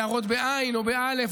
הערות בעי"ן או באל"ף,